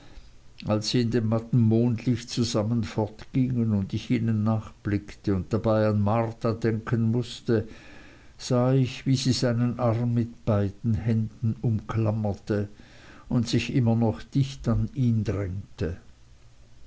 als sie in dem matten mondlicht zusammen fortgingen und ich ihnen nachblickte und dabei an marta denken mußte sah ich wie sie seinen arm mit beiden händen umklammerte und sich immer noch dicht an ihn drängte